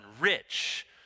rich